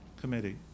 committee